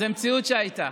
זה מציאות שהייתה.